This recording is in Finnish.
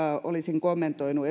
olisin kommentoinut